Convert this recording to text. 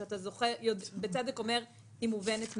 שאתה בצדק אומר שהיא מובנת מאליה,